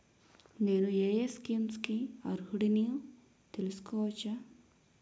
నేను యే యే స్కీమ్స్ కి అర్హుడినో తెలుసుకోవచ్చా?